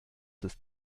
ist